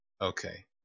Okay